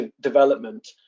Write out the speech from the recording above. development